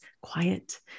quiet